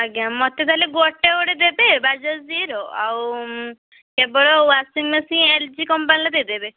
ଆଜ୍ଞା ହଁ ମୋତେ ତା'ହେଲେ ଗୋଟେ ଗୋଟେ ଦେବେ ବାଜାଜ ଜୀର ଆଉ କେବଳ ୱାଶିଂ ମେସିନ୍ ଏଲ ଜି କମ୍ପାନୀର ଦେଇଦେବେ